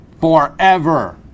forever